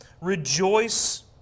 Rejoice